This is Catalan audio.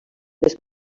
les